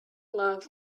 love